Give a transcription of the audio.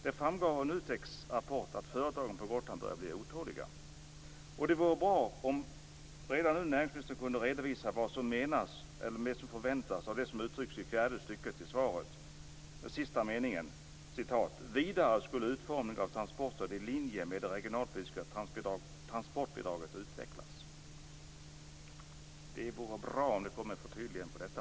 Det framgår av NUTEK:s rapport att företagarna på Gotland börjar bli otåliga. Det vore bra om näringsministern redan nu kunde redovisa vad som förväntas av det som uttrycks i sista meningen i fjärde stycket i svaret: "Vidare skulle utformningen av ett transportstöd i linje med det regionalpolitiska transportbidraget utvecklas." Det vore bra om det kom ett förtydligande av detta.